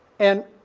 and,